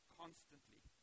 constantly